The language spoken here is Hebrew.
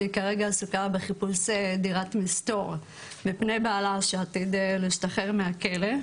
והיא כרגע עסוקה בחיפוש דירת מסתור מפני בעלה שעתיד להשתחרר מהכלא,